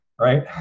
right